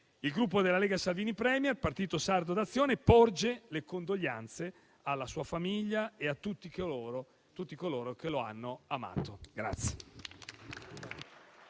Il Gruppo Lega Salvini Premier-Partito Sardo d'Azione porge le condoglianze alla sua famiglia e a tutti coloro che lo hanno amato.